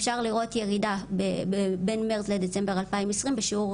אפשר לראות ירידה בין מרץ לדצמבר 2020 בשיעור